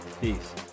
Peace